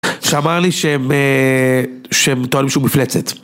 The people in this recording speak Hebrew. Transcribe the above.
שאמר לי שהם אה... שהם טוענים שהוא מפלצת